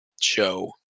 show